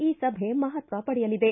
ಈ ಸಭೆ ಮಹತ್ವ ಪಡೆಯಲಿದೆ